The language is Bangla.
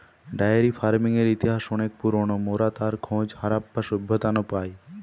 ডায়েরি ফার্মিংয়ের ইতিহাস অনেক পুরোনো, মোরা তার খোঁজ হারাপ্পা সভ্যতা নু পাই